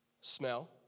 smell